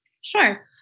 Sure